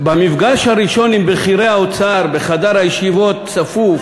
במפגש הראשון עם בכירי האוצר, בחדר ישיבות צפוף,